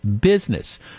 business